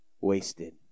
wasted